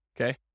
okay